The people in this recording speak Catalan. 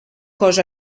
cos